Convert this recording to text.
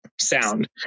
sound